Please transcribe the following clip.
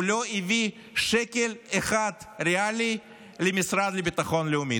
הוא לא הביא שקל אחד ריאלי למשרד לביטחון לאומי.